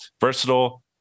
versatile